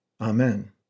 Amen